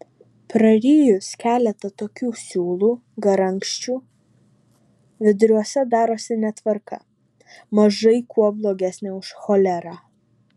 prarijus keletą tokių siūlų garankščių viduriuose darosi netvarka mažai kuo blogesnė už cholerą